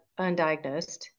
undiagnosed